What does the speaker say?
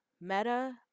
meta